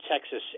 Texas